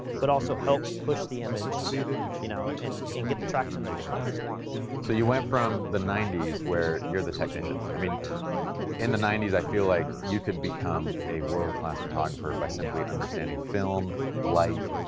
but also help push the image you know. and and get the traction that the companies want, so you went from the ninety s where you're the technician, i mean in the ninety s i feel like you could become a world-class photographer by simply understanding film light,